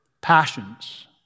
passions